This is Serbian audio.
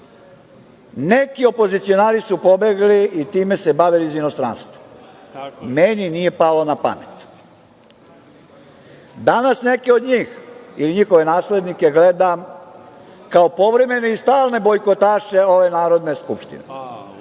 opozicionari su pobegli i time se bavili iz inostranstva. Meni nije palo na pamet. Danas neki od njih ili njihove naslednike gledam kao povremene i stalne bojkotaše ove Narodne skupštine,